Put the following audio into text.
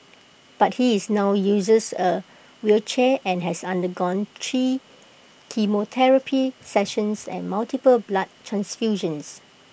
but he is now uses A wheelchair and has undergone three chemotherapy sessions and multiple blood transfusions